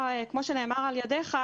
ידך,